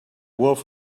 wolf